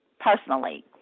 personally